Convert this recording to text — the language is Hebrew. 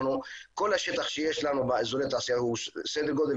כל השטח שיש לנו באזורי התעשייה הוא סדר גודל